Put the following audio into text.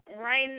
Right